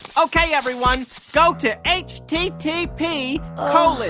ok, everyone, go to h t t p. ugh. colon,